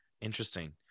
interesting